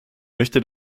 möchte